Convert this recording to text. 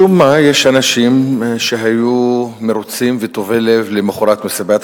משום מה יש אנשים שהיו מרוצים וטובי לב למחרת מסיבת